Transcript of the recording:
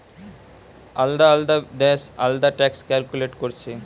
আলদা আলদা দেশ আলদা ট্যাক্স ক্যালকুলেট কোরছে